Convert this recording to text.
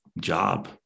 job